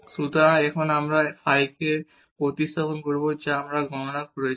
সুতরাং এখন আমরা এই ফাই কে প্রতিস্থাপন করব যা আমরা গণনা করেছি